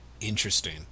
Interesting